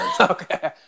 okay